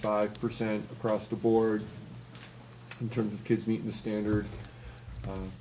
five percent across the board in terms of kids meet the standard